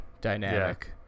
dynamic